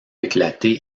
éclater